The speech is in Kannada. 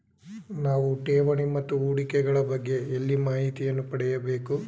ನಾವು ಠೇವಣಿ ಮತ್ತು ಹೂಡಿಕೆ ಗಳ ಬಗ್ಗೆ ಎಲ್ಲಿ ಮಾಹಿತಿಯನ್ನು ಪಡೆಯಬೇಕು?